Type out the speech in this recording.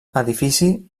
edifici